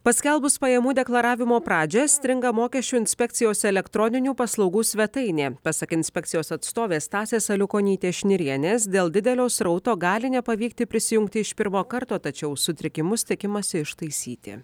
paskelbus pajamų deklaravimo pradžią stringa mokesčių inspekcijos elektroninių paslaugų svetainė pasak inspekcijos atstovės stasės aliukonytės šnirienės dėl didelio srauto gali nepavykti prisijungti iš pirmo karto tačiau sutrikimus tikimasi ištaisyti